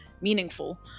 meaningful